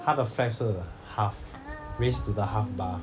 他的 flag 是 half raise to the half bar